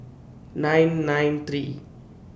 nine nine three